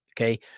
Okay